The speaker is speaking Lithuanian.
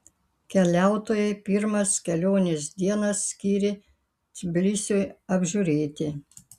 keliautojai pirmas kelionės dienas skyrė tbilisiui apžiūrėti